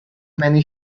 many